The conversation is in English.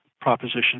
proposition